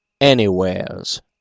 anywheres